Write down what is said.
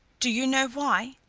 do you know why?